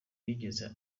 yigeze